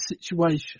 situation